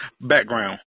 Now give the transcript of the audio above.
background